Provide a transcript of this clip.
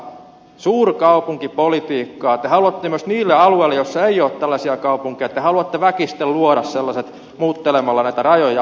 te haluatte myös niille alueille joilla ei ole tällaisia kaupunkeja väkisten luoda sellaiset muuttelemalla näitä rajoja